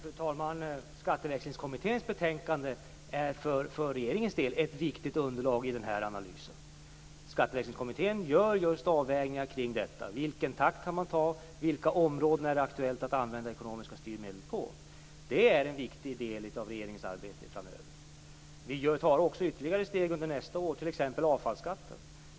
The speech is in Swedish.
Fru talman! Skatteväxlingskommitténs betänkande är för regeringens del ett viktigt underlag i den här analysen. Kommittén gör avvägningar kring detta; vilken takt skall man ta, på vilka områden är det aktuellt att använda ekonomiska styrmedel osv. Detta är en viktig del av regeringens arbete framöver. Ytterligare steg kommer att tas under nästa år. Det gäller t.ex. avfallsskatten.